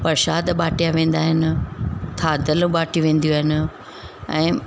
परसाद बाटिया वेंदा आहिनि थाधल बाटियूं वेंदियूं आहिनि ऐं